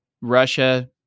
Russia